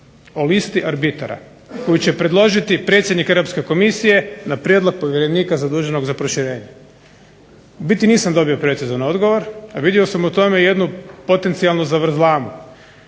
o listi arbitara koju će predložiti predsjednik Europske komisije na prijedlog povjerenika zaduženog za proširenje. U biti nisam dobio precizan odgovor, a vidio sam u tome jednu potencijalnu zavrzlamu.